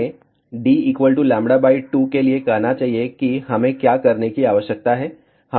हमें d λ 2 के लिए कहना चाहिए कि हमें क्या करने की आवश्यकता है